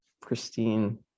pristine